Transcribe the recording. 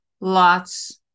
Lots